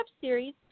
Series